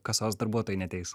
kasos darbuotojai neateis